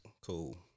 Cool